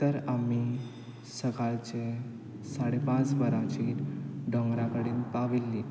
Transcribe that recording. तर आमी सकाळचे साडे पांच वरांचेर दोंगरा कडेन पाविल्लीं